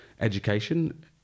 education